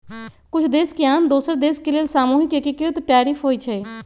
कुछ देश के आन दोसर देश के लेल सामूहिक एकीकृत टैरिफ होइ छइ